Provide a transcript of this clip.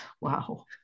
wow